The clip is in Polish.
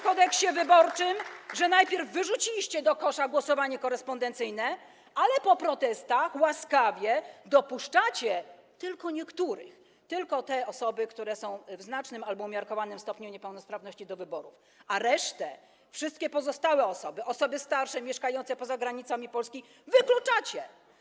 Kodeksie wyborczym, że wyrzuciliście do kosza przepisy o głosowaniu korespondencyjnym, ale po protestach łaskawie dopuszczacie, ale tylko niektórych, tylko osoby ze znacznym albo umiarkowanym stopniem niepełnosprawności, do wyborów, a resztę, wszystkie pozostałe osoby, osoby starsze, mieszkające poza granicami Polski, wykluczacie.